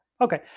Okay